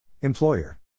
Employer